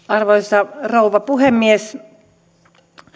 arvoisa rouva puhemies